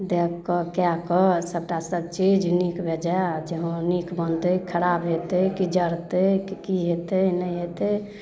देखके कए कऽ सबटा सब चीज नीक बेजाय जे हँ नीक बनतै खराब हेतै की जरतै की हेतै नहि हेतै